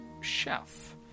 chef